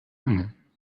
angeln